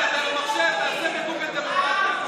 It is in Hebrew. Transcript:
אתה במחשב, תעשה בגוגל "דמוקרטיה".